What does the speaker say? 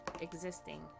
existing